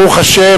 ברוך השם,